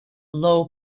low